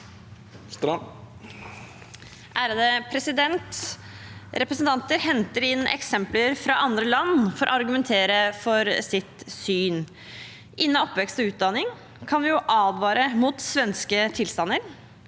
Repre- sentanter henter inn eksempler fra andre land for å argumentere for sitt syn. Innen oppvekst og utdanning kan vi jo advare mot svenske tilstander,